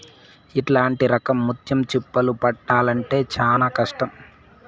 ఇట్లాంటి రకం ముత్యం చిప్పలు పట్టాల్లంటే చానా కష్టం